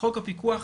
חוק הפיקוח,